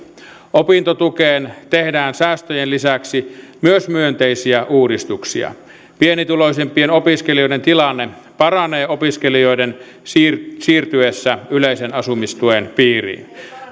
opintotukeen tehdään säästöjen lisäksi myös myönteisiä uudistuksia pienituloisimpien opiskelijoiden tilanne paranee opiskelijoiden siirtyessä yleisen asumistuen piiriin